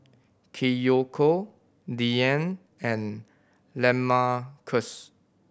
Kiyoko Diann and Lamarcus